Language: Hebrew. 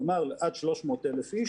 כלומר עד 300,000 איש,